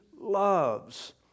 loves